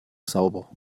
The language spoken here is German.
sauber